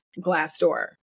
Glassdoor